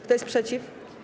Kto jest przeciw?